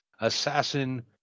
assassin